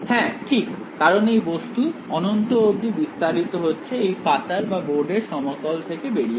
হ্যাঁ ঠিক কারণ এই বস্তু অনন্ত অবধি বিস্তারিত হচ্ছে এই পাতার বা বোর্ডের সমতল থেকে বেরিয়ে গিয়ে